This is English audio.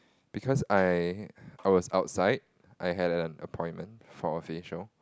because I I was outside I had an appointment for facial